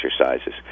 exercises